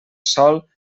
sòl